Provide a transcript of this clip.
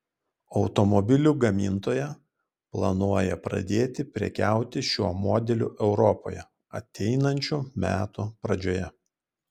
automobilių gamintoja planuoja pradėti prekiauti šiuo modeliu europoje ateinančių metų pradžioje